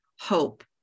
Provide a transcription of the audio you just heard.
hope